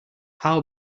how